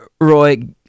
Roy